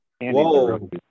Whoa